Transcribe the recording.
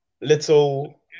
little